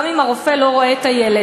גם אם הרופא לא רואה את הילד.